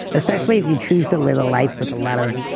especially if you choose to live a life with a lot of